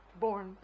Born